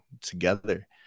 together